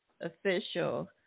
official